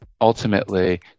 ultimately